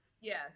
Yes